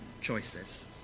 choices